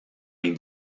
les